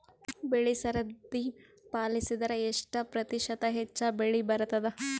ಬೆಳಿ ಸರದಿ ಪಾಲಸಿದರ ಎಷ್ಟ ಪ್ರತಿಶತ ಹೆಚ್ಚ ಬೆಳಿ ಬರತದ?